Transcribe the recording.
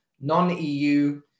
non-EU